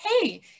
hey